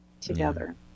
together